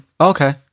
Okay